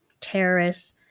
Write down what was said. terrorists